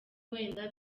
wenda